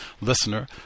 Listener